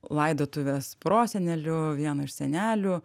laidotuves prosenelių vieno iš senelių